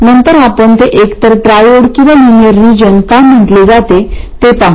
नंतर आपण ते एकतर ट्रायोड किंवा लिनियर रिजन का म्हटले जाते ते पाहू